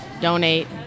donate